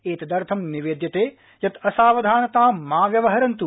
एतदर्थं निवेद्यते यत् असावधानतां मा व्यवहरन्त्